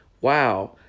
wow